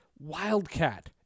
Wildcat